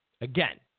Again